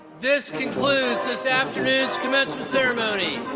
this concludes this afternoon's commencement ceremony.